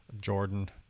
jordan